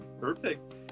Perfect